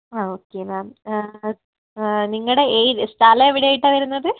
ആ okay ma'am നിങ്ങളുടെ ഏത് സ്ഥലം എവിടെ ആയിട്ടാണ് വരുന്നത്